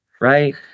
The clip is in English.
Right